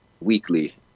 weekly